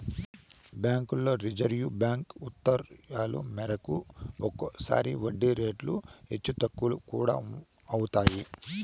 బ్యాంకుల్లో reserve bank ఉత్తర్వుల మేరకు ఒక్కోసారి వడ్డీ రేట్లు హెచ్చు తగ్గులు కూడా అవుతాయి